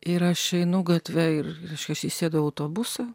ir aš einu gatve ir aš įsėdu į autobusą